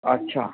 अच्छा